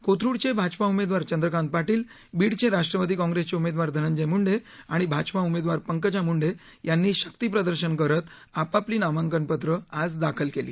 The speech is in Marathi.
कोथरुडचे भाजपा उमेदवार चंद्रकांत पाटील बीडचे राष्ट्रवादी काँग्रेसचे उमेदवार धनंजय म्ंडे आणि भाजपा उमेदवार पंकजा म्ंडे यांनी शक्तीप्रदर्शन करत आपापली नामांकनपत्र आज दाखल केली